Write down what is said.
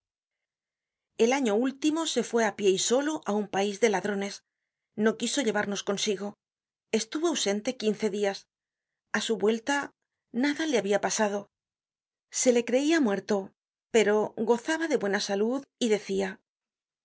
el año último se fué á pie y solo á un país de ladrones no quiso llevarnos consigo estuvo ausente quince lias a su vuelta nada le ha bia pasado se le creia muerto pero gozaba de buena salud y decia ved